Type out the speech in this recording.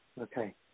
Okay